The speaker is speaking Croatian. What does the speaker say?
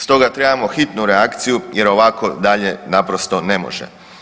Stoga trebamo hitnu reakciju jer ovako dalje naprosto ne može.